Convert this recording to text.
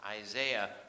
isaiah